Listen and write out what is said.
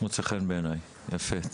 מוצא חן בעיניי, יפה.